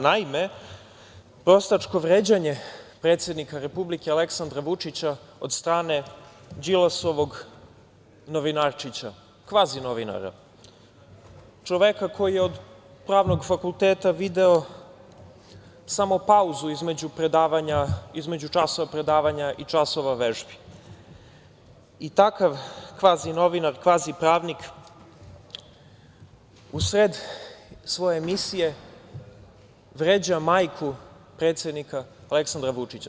Naime, prostačko vređanje predsednika Republike Aleksandra Vučića od strane Đilasovog „novinarčića“, kvazi novinara, čoveka koji je od Pravnog fakulteta video samo pauzu između časova predavanja i časova vežbi i takav kvazi novinar, kvazi pravnik u sred svoje emisije vređa majku predsednika Aleksandra Vučića.